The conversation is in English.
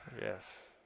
Yes